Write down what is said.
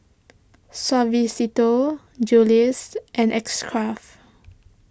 Suavecito Julie's and X Craft